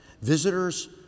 visitors